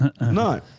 No